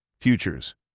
Futures